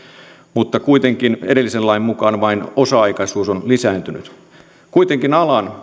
mutta kuitenkin edellisen lain mukaan vain osa aikaisuus on lisääntynyt kuitenkin